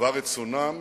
בדבר רצונם,